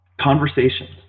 conversations